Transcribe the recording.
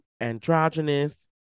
androgynous